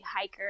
hiker